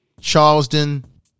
Charleston